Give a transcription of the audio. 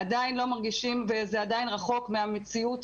עדיין לא מרגישים וזה עדיין רחוק מהמציאות.